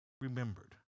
remembered